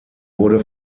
wurde